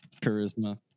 Charisma